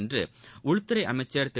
என்று உள்துறை அமைச்சர் திரு